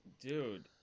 Dude